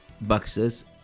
boxes